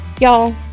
Y'all